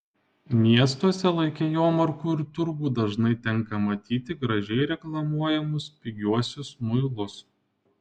miestuose laike jomarkų ir turgų dažnai tenka matyti gražiai reklamuojamus pigiuosius muilus